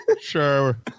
Sure